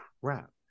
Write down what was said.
crap